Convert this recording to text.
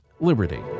Liberty